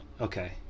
okay